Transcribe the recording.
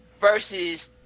versus